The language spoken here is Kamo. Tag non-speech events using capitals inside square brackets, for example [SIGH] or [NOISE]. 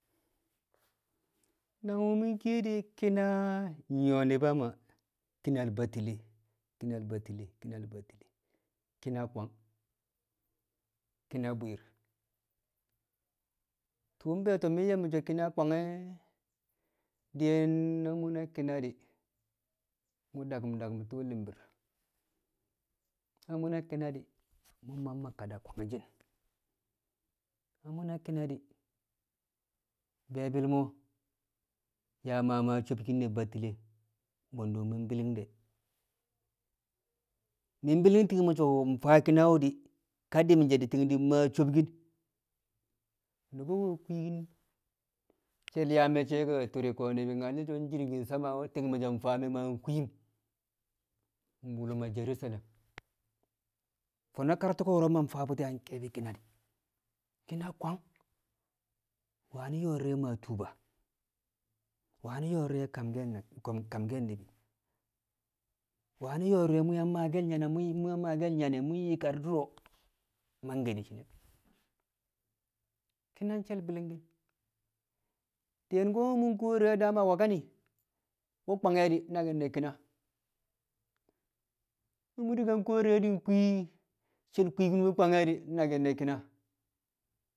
Nangwu̱ mu̱ kiye de̱ ki̱na, nnyuwo̱ nu̱ba Maa ki̱nal Batile ki̱nal Batile ki̱nal Batile, ki̱na kwang ki̱na, ki̱na bwi̱i̱r. Tu̱u̱ be̱e̱to̱ mi̱ nye̱ mi̱ so̱ kịna kwang e̱, diyen na mu̱ di̱ mu̱ daku̱m daku̱m tu̱u̱ li̱mbi̱r, na mu ki̱na di̱ mu̱ ma ma kada kwangshi̱n na mu̱ ki̱na di̱ be̱e̱bi̱l mo̱ yaa maa maa sobkin ne̱ Batile bwe̱ndu̱ mu̱ bi̱li̱ng de̱, mi̱ bi̱li̱ng ti̱ng mi̱ so̱ faa ki̱na wu̱ di̱ ka di̱ me̱ di̱ ti̱ng maa sobkɪn. Nu̱bu̱ kwiikin she̱l yaa me̱cce̱ a tu̱ri̱ ni̱bi̱ nyal so̱ jirgi sama ti̱ng mi̱ so̱ faa nkwiim mbul ma Jerusalem fo̱no̱ ti̱bi̱ ko̱ro̱ maam faa bu̱tị na ke̱e̱bi̱ ki̱na di̱. Ki̱na kwang wani̱ yo̱o̱ di̱re̱ maa tuuba, wani̱ yo̱o̱ di̱re̱ [UNINTELLIGIBLE] kamke̱l ni̱bi̱, wani̱ yo̱o̱ di̱re̱ yang maake̱l nyanne̱ [UNINTELLIGIBLE] mu̱ yang maake̱l nyanne̱ mu̱ yi̱kar du̱ro̱ mangke̱ di̱ shi̱ne̱. Ki̱na she̱l bi̱li̱ngki̱n, diyen ko̱ na mu̱ kuwo di̱re̱ daam a wakani wu̱ kwange̱ di̱ naki̱n ne̱ ki̱na na mu̱ di̱ ka kuwo di̱re̱ kwii she̱l kwiikin kwange̱ di̱ naki̱n ne̱ ki̱na.